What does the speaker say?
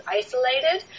isolated